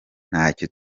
ntacyo